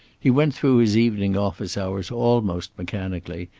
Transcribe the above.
he went through his evening office hours almost mechanically,